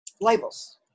labels